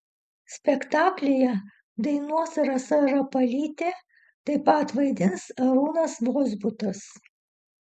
spektaklyje dainuos rasa rapalytė taip pat vaidins arūnas vozbutas